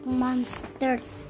monsters